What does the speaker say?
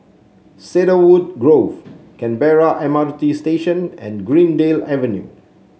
Cedarwood Grove Canberra M R T Station and Greendale Avenue